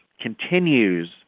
continues